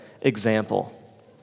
example